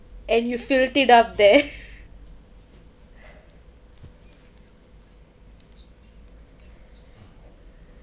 and you filled it up there